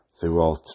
throughout